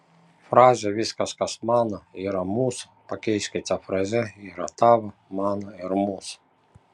frazę viskas kas mano yra mūsų pakeiskite fraze yra tavo mano ir mūsų